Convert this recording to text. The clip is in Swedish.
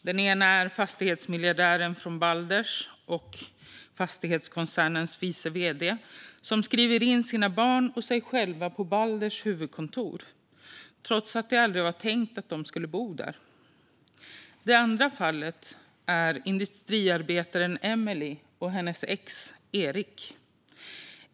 Det ena gäller fastighetsmiljardären från Balder och fastighetskoncernens vice vd, som skrev sina barn och sig själva på Balders huvudkontor, trots att det aldrig var tänkt att de skulle bo där. Det andra fallet handlar om industriarbetaren Emelie och hennes ex, Erik.